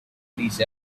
please